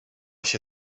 się